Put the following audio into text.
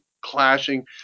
clashing